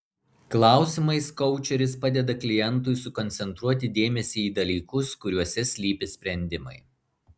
klausimais koučeris padeda klientui sukoncentruoti dėmesį į dalykus kuriuose slypi sprendimai